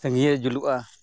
ᱥᱟᱺᱜᱤᱧ ᱨᱮ ᱡᱩᱞᱩᱜᱼᱟ